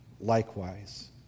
likewise